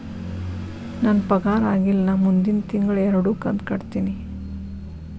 ನನ್ನ ಪಗಾರ ಆಗಿಲ್ಲ ನಾ ಮುಂದಿನ ತಿಂಗಳ ಎರಡು ಕಂತ್ ಕಟ್ಟತೇನಿ